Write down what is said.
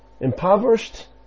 Impoverished